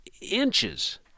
inches